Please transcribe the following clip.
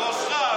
בראשך,